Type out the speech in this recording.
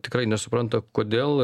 tikrai nesupranta kodėl